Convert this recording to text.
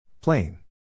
Plain